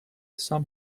some